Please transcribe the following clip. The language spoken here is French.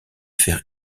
faire